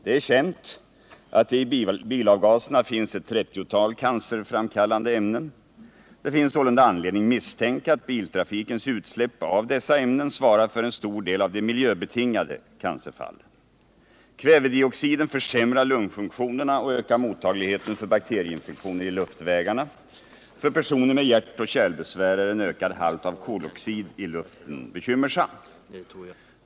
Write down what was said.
Det är känt att det i bilavgaserna finns ett trettiotal cancerframkallande ämnen. Det finns sålunda anledning misstänka att biltrafikens utsläpp av dessa ämnen svarar för en stor del av de miljöbetingade cancerfallen. Kvävedioxiden försämrar lungfunktionerna och ökar mottagligheten för bakterieinfektioner i luftvägarna. För personer med hjärtoch kärlbesvär är en ökad halt av koloxid i luften bekymmersam.